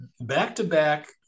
back-to-back